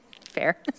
Fair